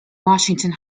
washington